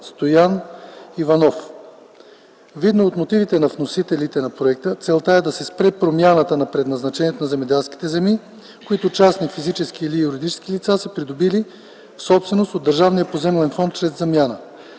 Стоян Иванов. Видно от мотивите на вносителите на проекта целта е да се спре промяната на предназначението на земеделски земи, които частни физически или юридически лица са придобили в собственост от Държавния поземлен фонд чрез замяна.